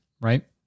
right